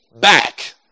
back